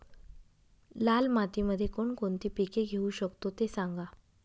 लाल मातीमध्ये कोणकोणती पिके घेऊ शकतो, ते सांगा